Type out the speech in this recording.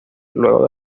luego